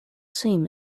same